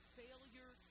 failure